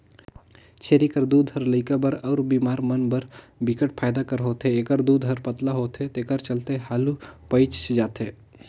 छेरी कर दूद ह लइका बर अउ बेमार मन बर बिकट फायदा कर होथे, एखर दूद हर पतला होथे तेखर चलते हालु पयच जाथे